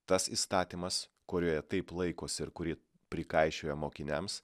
tas įstatymas kurioje taip laikosi ir kurį prikaišiojo mokiniams